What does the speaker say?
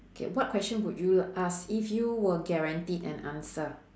okay what question would you ask if you were guaranteed an answer